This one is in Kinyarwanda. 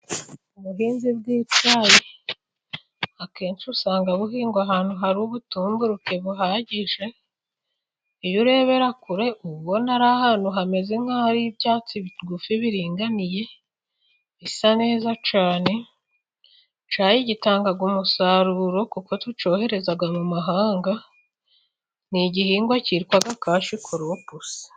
Ubuhinzi bw'icyayi akenshi usanga buhingwa ahantu hari ubutumburuke buhagije, iyo urebera kure Uba ubona ari ahantu hameze nkaho hari ibyatsi bigufi biringaniye bisa neza cyane, icyayi gitanga umusaruro kuko tucyohereza mu mahanga, ni igihingwa cyitwa kashi kuropusi.